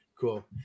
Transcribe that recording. Cool